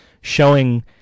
showing